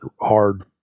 hard